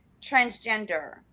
transgender